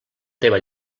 teva